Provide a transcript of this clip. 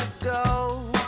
go